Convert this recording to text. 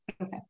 Okay